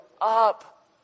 up